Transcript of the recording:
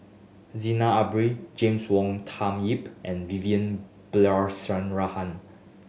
Zainal Abidin James Wong Tuck Yim and Vivian Balakrishnan